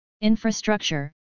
infrastructure